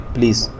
Please